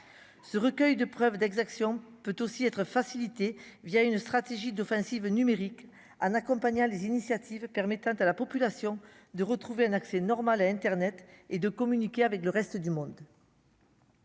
Ce recueil de preuves d'exactions peut aussi être facilitée, via une stratégie d'offensive numérique Anne accompagnera les initiatives permettant à la population de retrouver un accès normal à Internet et de communiquer avec le reste du monde.